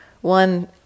One